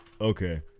Okay